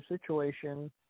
situation